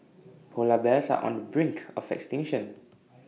Polar Bears are on the brink of extinction